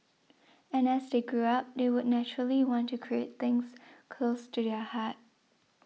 and as they grew up they would naturally want to create things close to their heart